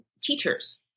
teachers